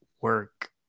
work